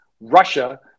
Russia